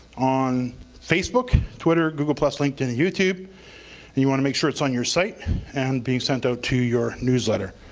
on facebook, twitter, google plus, linkedin and youtube and you want to make sure it's on your site and being sent out to your newsletter.